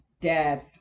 death